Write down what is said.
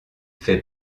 fait